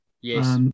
Yes